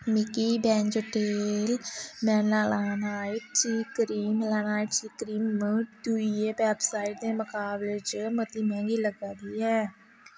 मिगी वैंजटेल Melanite C cream Melanite C cream दूइयें वैबसाइटें दे मकाबले च मती मैंह्गी लग्गा दी ऐ